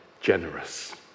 generous